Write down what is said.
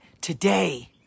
today